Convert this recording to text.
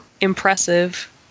impressive